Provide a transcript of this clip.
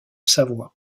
savoie